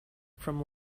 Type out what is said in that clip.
from